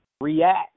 react